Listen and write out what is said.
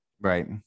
Right